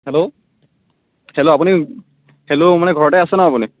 hello hello আপুনি hello মানে ঘৰতে আছে ন আপুনি